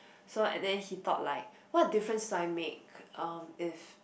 so and then he thought like what difference did I make if